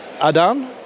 Adam